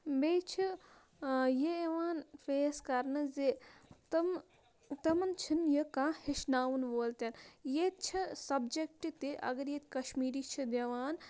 بیٚیہِ چھِ یہِ یِوان فیس کَرنہٕ زِ تِم تِمَن چھِنہٕ یہِ کانٛہہ ہیٚچھناوُن وول تہ ییٚتہِ چھِ سَبجَکٹ تہِ اگر ییٚتہِ کَشمیٖری چھِ دِوان